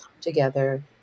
together